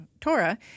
Torah